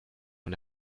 von